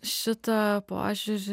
šitą požiūrį